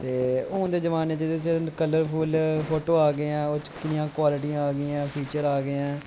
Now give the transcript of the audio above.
ते हून दे जमाने चे कल्लर फुल फोटो आ गे ऐं इयां कवालटियां फिचर आ गे ऐं